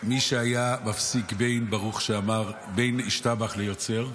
מי שהיה מפסיק בין "ברוך שאמר" בין "ישתבח" ל"יוצר",